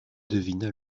devina